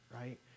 Right